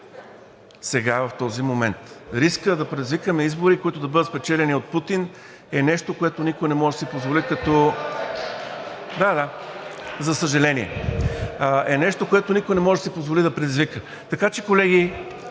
сега, в този момент. Рискът да предизвикаме избори, които да бъдат спечелени от Путин, е нещо, което никой не може да си позволи… (Възгласи от ВЪЗРАЖДАНЕ: „Еее!“) Да, да, за съжаление. …е нещо, което никой не може да си позволи да предизвика. Така че, колеги,